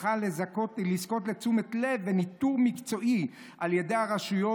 צריכה לזכות לתשומת לב וניטור מקצועי על ידי הרשויות,